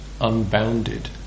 unbounded